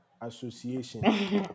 association